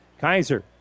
Kaiser